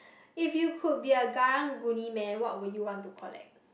if you could be a karang guni man what would you want to collect